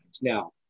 Now